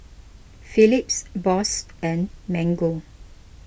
Phillips Bose and Mango